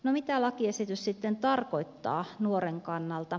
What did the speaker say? no mitä lakiesitys sitten tarkoittaa nuoren kannalta